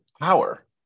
power